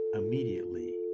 immediately